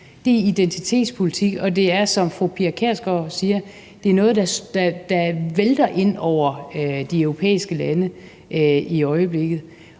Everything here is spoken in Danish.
Det er identitetspolitik, og det er, som fru Pia Kjærsgaard siger, noget, der vælter ind over de europæiske lande i øjeblikket.